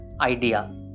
idea